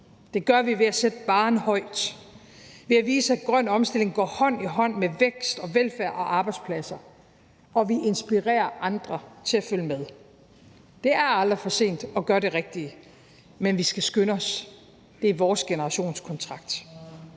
Det gør vi ved at sætte barren højt og ved at vise, at grøn omstilling går hånd i hånd med vækst og velfærd og arbejdspladser, og vi inspirerer andre til at følge med. Det er aldrig for sent at gøre det rigtige, men vi skal skynde os. Det er vores generationskontrakt.